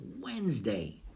Wednesday